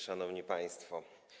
Szanowni Państwo!